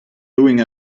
doing